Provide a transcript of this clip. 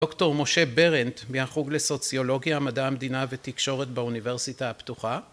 דוקטור משה ברנדט מהחוג לסוציולוגיה, מדע המדינה ותקשורת באוניברסיטה הפתוחה